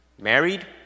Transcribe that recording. married